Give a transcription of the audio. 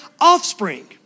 offspring